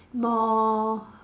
more